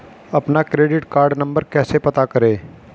अपना credit card number कैसे पता करें?